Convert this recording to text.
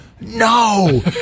no